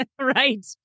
Right